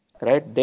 Right